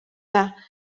yna